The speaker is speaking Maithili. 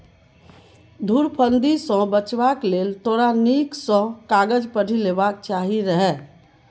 धुरफंदी सँ बचबाक लेल तोरा नीक सँ कागज पढ़ि लेबाक चाही रहय